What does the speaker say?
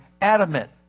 adamant